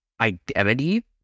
identity